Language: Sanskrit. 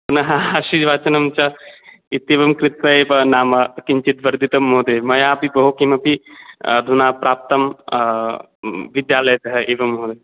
पुनः आशीर्वचनं च इत्येवं कृत्वा एव नाम किञ्चित् वर्धितं महोदय मया पि बहु किमपि अधुना प्राप्तं विद्यालयतः एवं महोदय